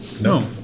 no